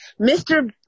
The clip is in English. Mr